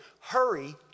Hurry